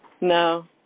No